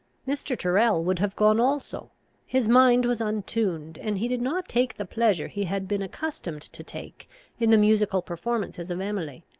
mr. tyrrel would have gone also his mind was untuned, and he did not take the pleasure he had been accustomed to take in the musical performances of emily.